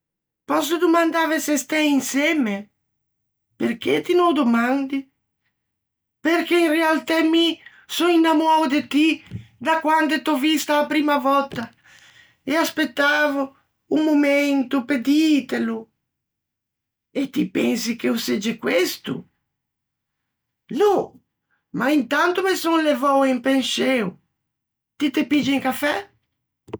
"Pòsso domandâve se stæ insemme?". "Perché ti n'ô domandi?". "Perché in realtæ mi son innamoou de ti, da quande t'ò vista a primma vòtta, e aspëtavo o momento pe dîtelo". "E ti pensi che o segge questo?". "No, ma intanto me son levou un pensceo. Ti te piggi un cafè?".